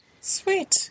Sweet